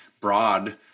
broad